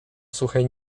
suchej